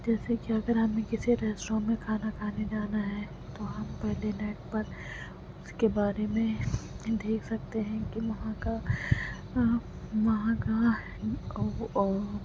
جیسے کہ اگر ہمیں کسی ریسٹورنٹ میں کھانا کھانے جانا ہے تو ہم پہلے نیٹ پر اس کے بارے میں دیکھ سکتے ہیں کہ وہاں کا وہاں کا